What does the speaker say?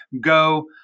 go